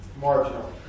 marginal